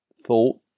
thought